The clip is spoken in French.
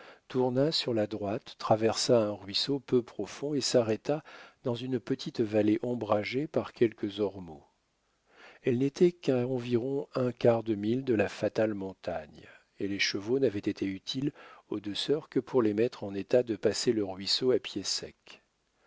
tourna sur la droite traversa un ruisseau peu profond et s'arrêta dans une petite vallée ombragée par quelques ormeaux elle n'était qu'à environ un quart de mille de la fatale montagne et les chevaux n'avaient été utiles aux deux sœurs que pour les mettre en état de passer le ruisseau à pied sec